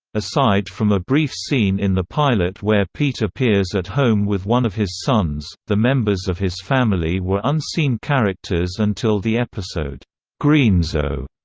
aside from a brief scene in the pilot where pete appears at home with one of his sons, the members of his family were unseen characters until the episode greenzo.